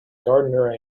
gardener